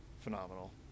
phenomenal